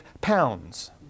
pounds